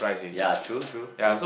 ya true true true